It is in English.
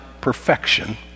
perfection